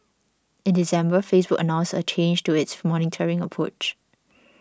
in December Facebook announced a change to its monitoring approach